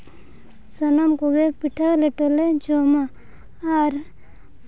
ᱥᱟᱱᱟᱢ ᱠᱚᱜᱮ ᱯᱤᱴᱷᱟᱹ ᱞᱮᱴᱚ ᱞᱮ ᱡᱚᱢᱟ ᱟᱨ